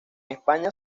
españa